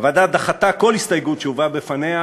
הוועדה דחתה כל הסתייגות שהובאה בפניה,